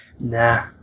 Nah